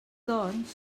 doncs